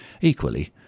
Equally